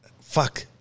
fuck